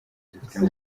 dufite